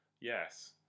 Yes